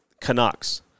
Canucks